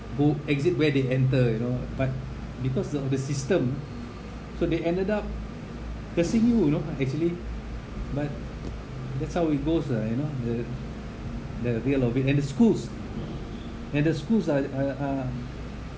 go exit where they enter you know but because of the system so they ended up cursing you you know actually but that's how it goes lah you know the the real of it and the schools and the schools ah uh uh